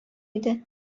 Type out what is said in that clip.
иде